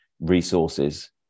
resources